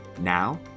Now